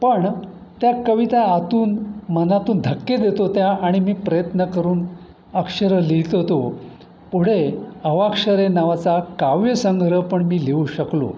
पण त्या कविता आतून मनातून धक्के देत होत्या आणि मी प्रयत्न करून अक्षरं लिहित होतो पुढे अवाक्षरे नावाचा काव्यसंग्रह पण मी लिहू शकलो